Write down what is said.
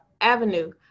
avenue